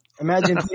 imagine